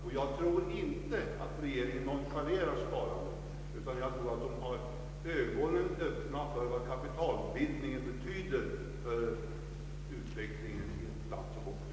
Och jag tror inte att regeringen nonchalerar sparandet utan att den har ögonen öppna för vad kapitalbildningen betyder för utvecklingen i ett land som vårt.